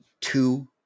two